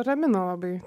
ramina labai